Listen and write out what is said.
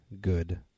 good